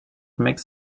makes